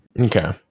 Okay